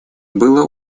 было